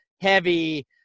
heavy